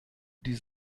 die